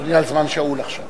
אדוני על זמן שאול עכשיו.